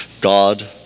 God